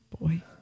boy